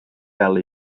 fel